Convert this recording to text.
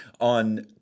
on